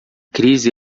crise